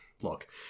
look